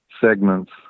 segments